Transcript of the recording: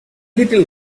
little